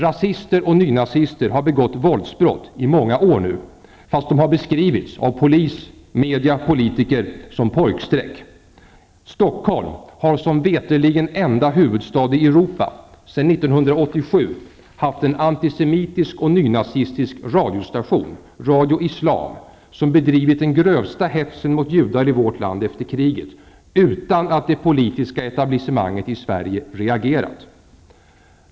Rasister och nynazister har nu begått våldsbrott i många år, fast de av polis, media och politiker har beskrivits som pojkstreck. Stockholm har, som mig veterligen enda huvudstad i Europa, sedan 1987 haft en antisemitisk och nynazistisk radiostation -- Radio Islam -- som bedrivit den grövsta hetsen mot judar i vårt land efter kriget, utan att det politiska etablissemanget i Sverige reagerat.